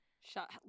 shut